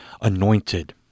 anointed